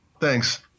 Thanks